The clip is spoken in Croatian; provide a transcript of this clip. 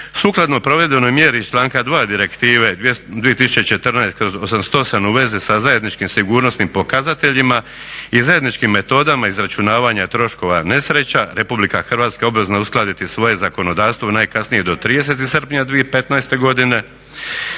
Sukladno provedbenoj mjeri iz članka 2. Direktive 2014/88 u vezi sa zajedničkim sigurnosnim pokazateljima i zajedničkim metodama izračunavanja troškova nesreća RH obvezna je uskladiti svoje zakonodavstvo do 30.srpnja 2015.godine.